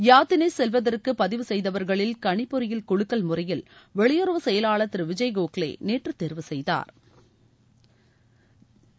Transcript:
யாத்திரை செல்வதற்கு பதிவு செய்தவர்களில் கணிப்பொறியில் குலுக்கல் முறையில் வெளியுறவு செயலாளர் திரு விஜய் கோகலே நேற்று தேர்வு செய்தாா்